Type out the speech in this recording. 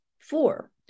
four